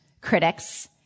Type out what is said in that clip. critics